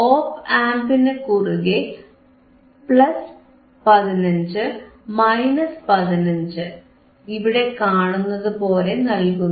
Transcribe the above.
op ആംപിനു കുറുകെ plus 15 minus 15 ഇവിടെ കാണുന്നതുപോലെ നൽകുന്നു